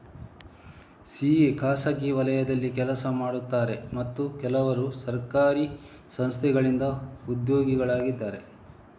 CA ಖಾಸಗಿ ವಲಯದಲ್ಲಿ ಕೆಲಸ ಮಾಡುತ್ತಾರೆ ಮತ್ತು ಕೆಲವರು ಸರ್ಕಾರಿ ಸಂಸ್ಥೆಗಳಿಂದ ಉದ್ಯೋಗಿಗಳಾಗಿದ್ದಾರೆ